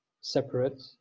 separate